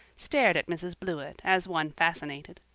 stared at mrs blewett as one fascinated.